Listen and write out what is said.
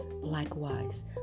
likewise